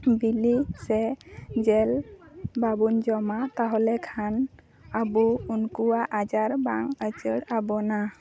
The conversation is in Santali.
ᱵᱤᱞᱤ ᱥᱮ ᱡᱤᱞ ᱵᱟᱵᱚᱱ ᱡᱚᱢᱟ ᱛᱟᱦᱚᱞᱮ ᱠᱷᱟᱱ ᱟᱵᱚ ᱩᱱᱠᱩᱣᱟᱜ ᱟᱡᱟᱨ ᱵᱟᱝ ᱤᱪᱟᱹᱲ ᱟᱵᱚᱱᱟ